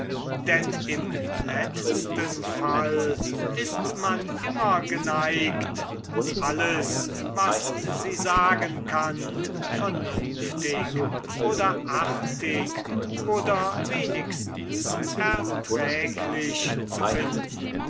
denn im letzten falle ist man immer geneigt alles was sie sagen kann vernünftig oder artig oder wenigstens erträglich zu finden